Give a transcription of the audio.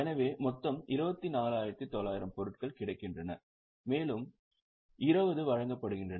எனவே மொத்தம் 24900 பொருட்கள் கிடைக்கின்றன மேலும் 20 வழங்கப்படுகின்றன